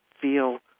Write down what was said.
feel